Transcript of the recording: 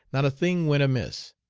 not a thing went amiss,